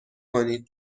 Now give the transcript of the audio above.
کنید